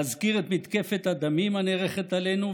להזכיר את מתקפת הדמים הנערכת עלינו,